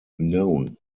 known